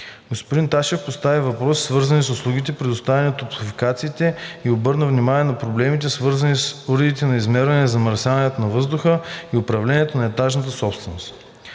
Господин Ташев постави въпроси, свързани с услугите, предоставяни от топлофикациите, и обърна внимание на проблемите, свързани с уредите за измерване на замърсяването на въздуха и управлението на етажната собственост.